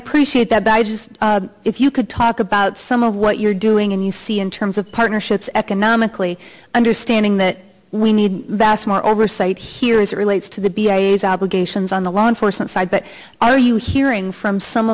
appreciate that by just if you could talk about some of what you're doing and you see in terms of partnerships economically understanding that we need more oversight here is it relates to the b a s obligations on the law enforcement side but are you hearing from some